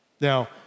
Now